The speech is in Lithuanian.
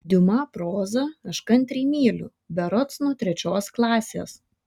diuma prozą aš kantriai myliu berods nuo trečios klasės